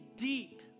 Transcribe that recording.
deep